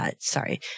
Sorry